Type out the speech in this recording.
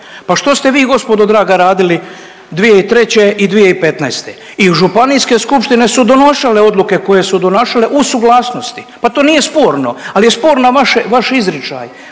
Pa što ste vi gospodo draga radili 2003. i 2015. I županijske skupštine su donašale odluke koje su donašale u suglasnosti, pa to nije sporno ali je sporan vaš izričaj,